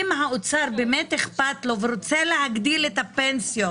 אם לאוצר באמת אכפת והוא רוצה להגדיל את הפנסיות